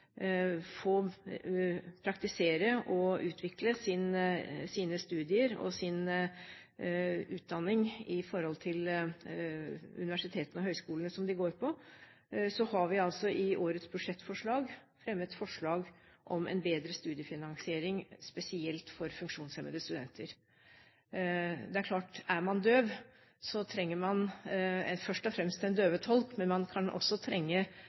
få utvikle sine studier og praktisere sin utdanning i forhold til universitetene og høyskolene som de går på, i årets budsjett har fremmet forslag om en bedre studiefinansiering spesielt for funksjonshemmede studenter. Det er klart at er man døv, trenger man først og fremst en døvetolk, men man kan også trenge